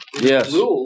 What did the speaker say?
Yes